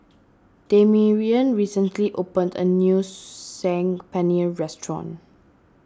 Damarion recently opened a new Saag Paneer restaurant